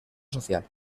social